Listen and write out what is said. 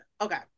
okay